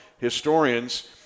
Historians